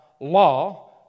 law